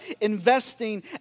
investing